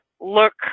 look